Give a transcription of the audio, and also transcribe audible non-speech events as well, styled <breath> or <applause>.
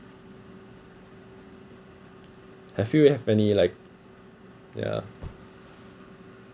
have you have any like yeah <breath>